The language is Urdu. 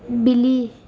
بلی